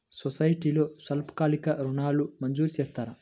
సొసైటీలో స్వల్పకాలిక ఋణాలు మంజూరు చేస్తారా?